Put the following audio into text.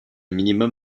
minimum